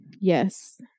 Yes